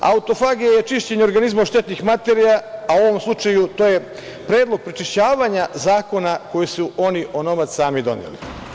Autofagija je čišćenje organizma od štetnih materija, a u ovom slučaju to je predlog prečišćavanja zakona koji su oni onomad sami doneli.